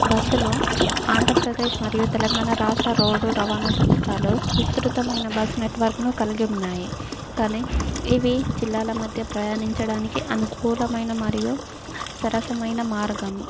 బస్సులు ఆంధ్రప్రదేశ్ మరియు తెలంగాణ రాష్ట్ర రోడ్డు రవాణా సంస్థలో విస్తృతమైన బస్ నెట్వర్క్ను కలిగి ఉన్నాయి కానీ ఇవి జిల్లాల మధ్య ప్రయాణించడానికి అనుకూలమైన మరియు సరసమైన మార్గం